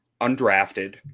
undrafted